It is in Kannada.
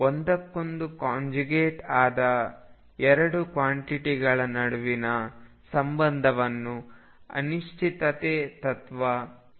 ಒಂದಕ್ಕೊಂದು ಕಂಜುಗೇಟ್ ಆದ 2 ಕ್ವಾಂಟಿಟಿಗಳ ನಡುವಿನ ಸಂಬಂಧವನ್ನು ಅನಿಶ್ಚಿತತೆ ತತ್ವ ಕೊಡುತ್ತದೆ